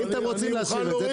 ואם אתם רוצים להשאיר את זה,